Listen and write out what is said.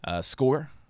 score